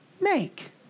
make